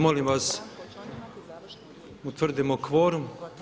Molim vas utvrdimo kvorum.